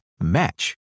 match